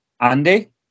Andy